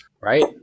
right